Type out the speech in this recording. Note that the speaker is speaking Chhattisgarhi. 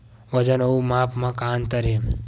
वजन अउ माप म का अंतर हे?